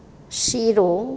શીરો